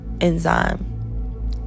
enzyme